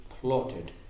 plotted